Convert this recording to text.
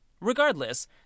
Regardless